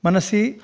मनसि